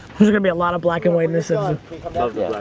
there's gonna be a lot of black and white in this ah and